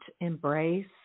embrace